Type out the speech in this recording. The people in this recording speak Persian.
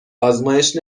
آزمایش